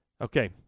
Okay